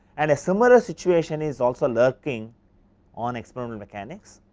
and a similar situation is also locking on experimental mechanics.